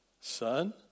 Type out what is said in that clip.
son